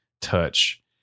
touch